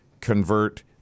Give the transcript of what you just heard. convert